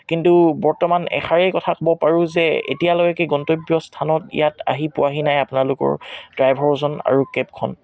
কিন্তু বৰ্তমান এষাৰেই কথা ক'ব পাৰোঁ যে এতিয়ালৈকে গন্তব্য স্থানত ইয়াত আহি পোৱাহি নাই আপোনালোকৰ ড্ৰাইভাৰজন আৰু কেবখন